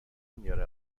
میاره